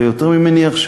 ויותר ממניח,